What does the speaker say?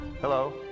Hello